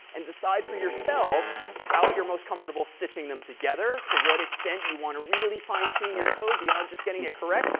and decide for yourselves how you're most comfortable stitching them together, to what extent you want to really fine tune your code beyond just getting it correct,